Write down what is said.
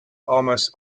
almost